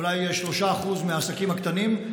אולי 3% מהעסקים הקטנים.